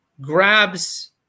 grabs